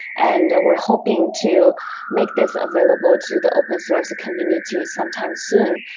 and we're hoping to make this available to the open source community sometime soon,